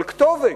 אבל כתובת.